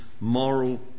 moral